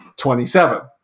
27